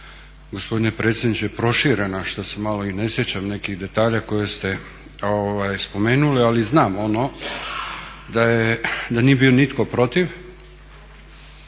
gospodine predsjedniče, proširena što se malo i ne sjećam nekih detalja koje ste spomenuli. Ali znam ono da nije bio nitko protiv